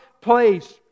place